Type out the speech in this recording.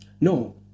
No